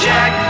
Jack